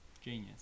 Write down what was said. genius